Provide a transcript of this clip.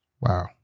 Wow